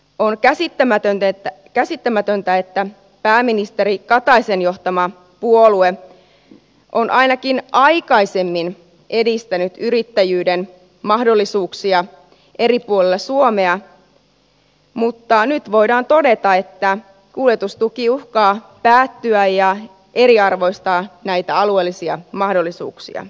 on käsittämätöntä että pääministeri kataisen johtama puolue on ainakin aikaisemmin edistänyt yrittäjyyden mahdollisuuksia eri puolilla suomea mutta nyt voidaan todeta että kuljetustuki uhkaa päättyä ja eriarvoistaa näitä alueellisia mahdollisuuksia